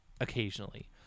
occasionally